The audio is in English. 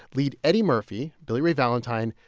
lead eddie murphy, billy ray valentine,